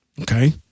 okay